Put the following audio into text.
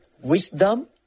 wisdom